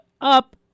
Up